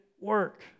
work